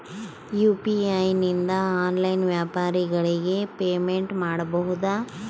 UPI ನಿಂದ online ವ್ಯಾಪಾರಗಳಿಗೆ payment ಮಾಡಬಹುದಾ?